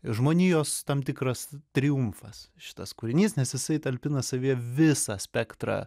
žmonijos tam tikras triumfas šitas kūrinys nes jisai talpina savyje visą spektrą